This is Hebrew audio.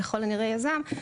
ככל הנראה יזם,